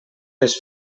les